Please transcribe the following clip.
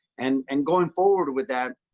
and and going forward with that,